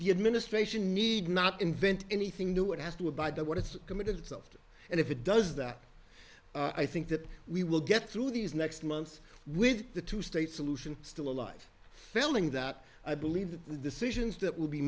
the administration need not invent anything new it has to abide by what it's committed itself to and if it does that i think that we will get through these next months with the two state solution still a life filling that i believe that the decisions that will be